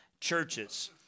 churches